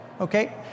Okay